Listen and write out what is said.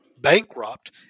bankrupt